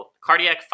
cardiac